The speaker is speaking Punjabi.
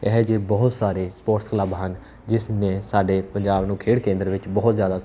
ਇਹੋ ਜਿਹੇ ਬਹੁਤ ਸਾਰੇ ਸਪੋਰਟਸ ਕਲੱਬ ਹਨ ਜਿਸ ਨੇ ਸਾਡੇ ਪੰਜਾਬ ਨੂੰ ਖੇਡ ਕੇਂਦਰ ਵਿੱਚ ਬਹੁਤ ਜ਼ਿਆਦਾ